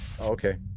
Okay